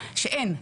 שאין,